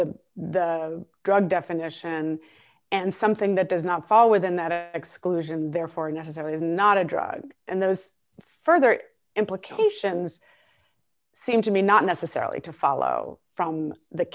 the the drug definition and something that does not fall within that a exclusion therefore necessarily is not a drug and those further implications seem to me not necessarily to follow from the